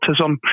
Autism